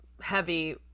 heavy